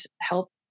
help